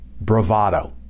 bravado